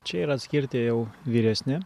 čia yra atskirti jau vyresni